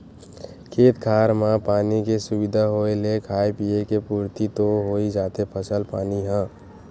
खेत खार म पानी के सुबिधा होय ले खाय पींए के पुरति तो होइ जाथे फसल पानी ह